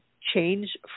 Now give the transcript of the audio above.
change